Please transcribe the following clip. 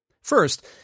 First